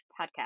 Podcast